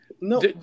No